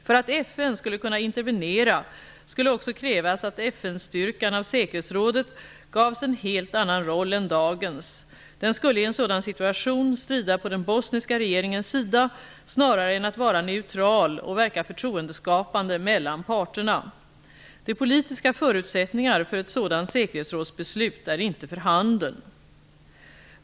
För att FN skulle kunna intervenera skulle också krävas att FN-styrkan av säkerhetsrådet gavs en helt annan roll än dagens: den skulle i en sådan situation strida på den bosniska regeringens sida snarare än att vara neutral och verka förtroendeskapande mellan parterna. De politiska förutsättningarna för ett sådant säkerhetsrådsbeslut är inte för handen.